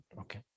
okay